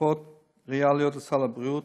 תוספות ריאליות לסל הבריאות,